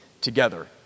together